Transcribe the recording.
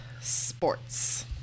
sports